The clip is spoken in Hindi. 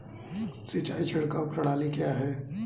सिंचाई छिड़काव प्रणाली क्या है?